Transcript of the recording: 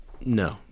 No